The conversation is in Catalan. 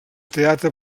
teatre